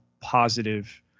positive